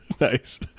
Nice